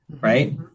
right